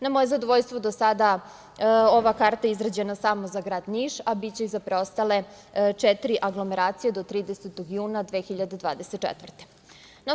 Na moje zadovoljstvo, do sada ova karta je izrađena samo za grad Niš, a biće iza preostale četiri aglomeracije, do 30. juna 2024. godine.